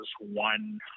one